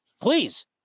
please